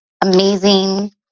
amazing